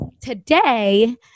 today